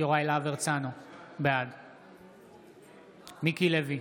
יוראי להב הרצנו, בעד מיקי לוי,